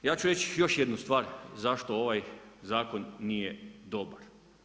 Ja ću reći još jednu stvar zašto ovaj zakon nije dobar.